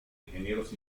ingenieros